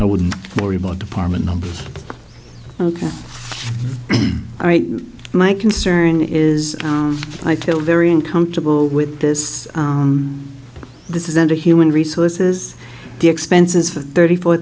i wouldn't worry about apartment number ok all right my concern is i feel very uncomfortable with this this isn't a human resources the expenses for thirty four